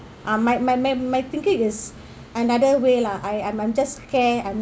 uh my my my my thinking is another way lah I I'm just care I'm